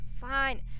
Fine